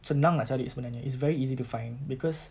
senang nak cari sebenarnya it's very easy to find because